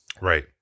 Right